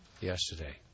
yesterday